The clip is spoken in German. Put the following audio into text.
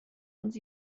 uns